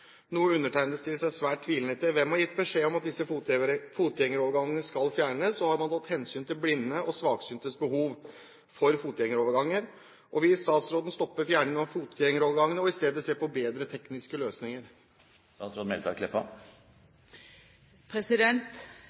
noe undertegnede stiller seg svært tvilende til. Hvem har gitt beskjed om at disse fotgjengerovergangene skal fjernes, har man tatt hensyn til blinde og svaksyntes behov for fotgjengeroverganger, og vil statsråden stoppe fjerning av fotgjengerovergangene og i stedet se på bedre tekniske løsninger?»